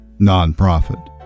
nonprofit